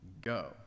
go